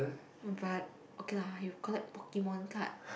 but okay lah you collect Pokemon card